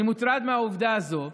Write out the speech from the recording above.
אני מוטרד מהעובדה הזו,